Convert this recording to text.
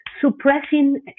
suppressing